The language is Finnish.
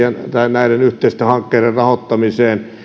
näiden yhteisten hankkeiden rahoittamiseen